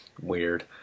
weird